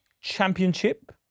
Championship